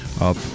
up